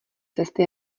testy